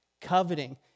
Coveting